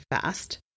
fast